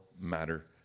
matter